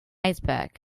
iceberg